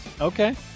Okay